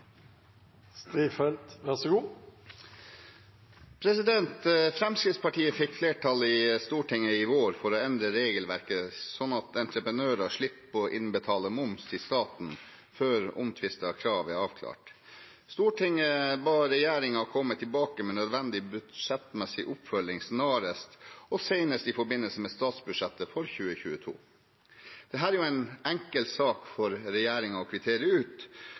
i Stortinget i vår for å endre regelverket slik at entreprenører slipper å innbetale moms til staten, før omtvistet krav er avklart. Stortinget ba regjeringen komme tilbake med nødvendig budsjettmessig oppfølging snarest og senest i forbindelse med statsbudsjettet for 2022. Dette er en enkel sak for regjeringen å kvittere ut,